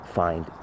find